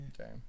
Okay